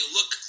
Look